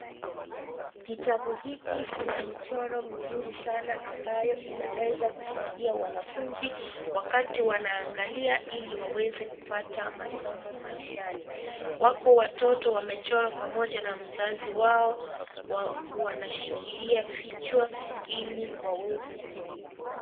Kitabu hiki kina michoro mizuri sana ambayo inaweza kusaidia wanafunzi wakati wanaangalia ili waweze kupata masomo maishani. Wako watoto wamechorwa pamoja na wazazi wao wanashikilia vichwa ili waweze kusaidika.